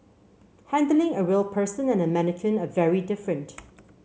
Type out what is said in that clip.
handling a real person and a mannequin are very different